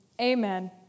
Amen